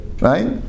right